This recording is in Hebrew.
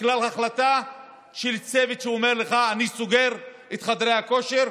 בגלל החלטה של צוות שאומר לך: אני סוגר את חדרי הכושר,